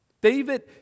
David